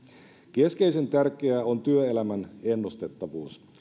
keskeisen tärkeää on työelämän ennustettavuus